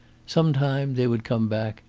some time they would come back,